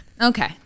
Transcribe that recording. Okay